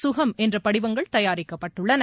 ககம் என்ற படிவங்கள் தயாரிக்கப்பட்டுள்ளன